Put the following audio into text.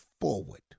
forward